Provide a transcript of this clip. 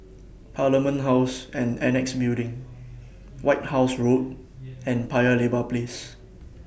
Parliament House and Annexe Building White House Road and Paya Lebar Place